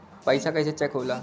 पैसा कइसे चेक होला?